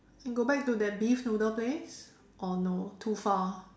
go back to that beef noodle place or no too far